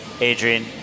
Adrian